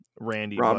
Randy